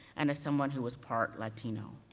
and as someone who was part latino.